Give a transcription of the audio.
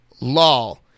Lol